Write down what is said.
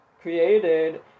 created